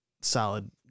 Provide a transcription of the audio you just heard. solid